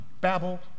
Babel